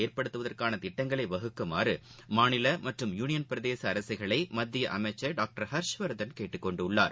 ஏற்படுத்துவதற்கான திட்டங்களை வகுக்குமாறு மாநில மற்றும் யூனியன் பிரதேச அரசுகளை மத்திய அமைச்சர் டாக்டர் ஹர்ஷ்வர்தன் கேட்டுக்கொண்டுள்ளார்